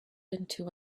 into